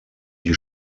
die